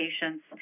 patients